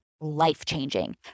life-changing